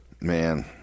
man